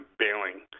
bailing